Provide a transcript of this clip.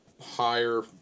higher